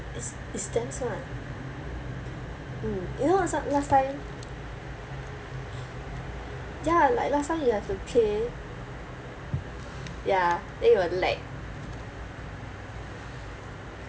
it's it's damn smart mm you know some last time ya like last time you have to play ya then it will lag